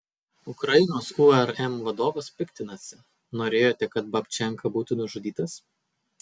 ukrainos urm vadovas piktinasi norėjote kad babčenka būtų nužudytas